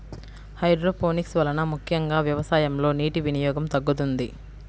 hydroponics వలన ముఖ్యంగా వ్యవసాయంలో నీటి వినియోగం తగ్గుతుంది